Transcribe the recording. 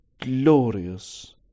glorious